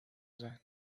sein